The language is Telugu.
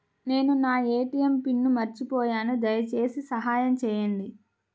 నేను నా ఏ.టీ.ఎం పిన్ను మర్చిపోయాను దయచేసి సహాయం చేయండి